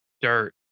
dirt